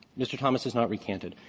mr. thomas has not recanted.